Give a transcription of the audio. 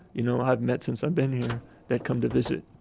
you know, i've met since i've been here that come to visit.